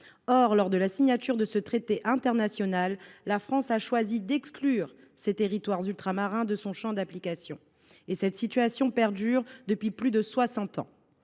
Or, lors de la signature de ce traité international, la France a choisi d’exclure ses territoires ultramarins de son champ d’application. Cette situation perdure depuis plus de soixante